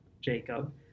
Jacob